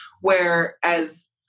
Whereas